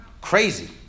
Crazy